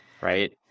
right